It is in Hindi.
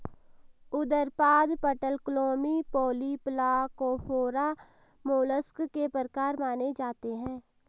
उदरपाद, पटलक्लोमी, पॉलीप्लाकोफोरा, मोलस्क के प्रकार माने जाते है